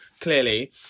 Clearly